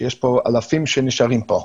שיש אלפים שנשארים פה.